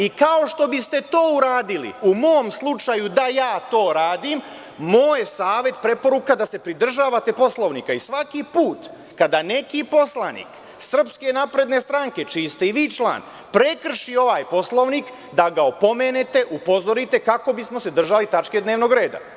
I kao što biste to uradili u mom slučaju da ja to radim, moj je savet i preporuka da se pridržavate Poslovnika i da svaki put kada neki poslanik SNS, čiji ste i vi član, prekrši ovaj Poslovnik, da ga opomenete, upozorite, kako bismo se držali tačke dnevnog reda.